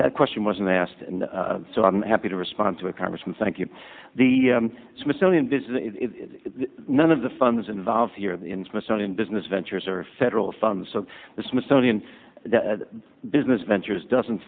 that question wasn't asked and so i'm happy to respond to a congressman thank you the smithsonian business none of the funds involved in smithsonian business ventures or federal funds so the smithsonian business ventures doesn't